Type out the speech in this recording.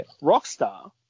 Rockstar